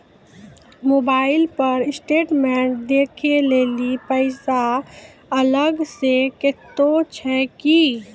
Mobile पर statement देखे लेली पैसा अलग से कतो छै की?